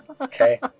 Okay